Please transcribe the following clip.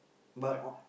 but